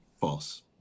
False